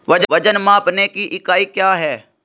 वजन मापने की इकाई क्या है?